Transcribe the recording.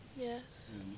Yes